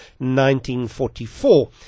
1944